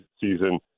season